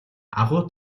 агуу